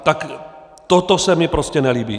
Tak toto se mi prostě nelíbí.